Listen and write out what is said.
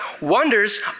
Wonders